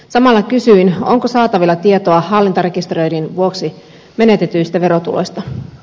samalla kysyin onko saatavilla tietoa hallintarekisteröinnin vuoksi menetetyistä verotuloista